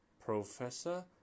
Professor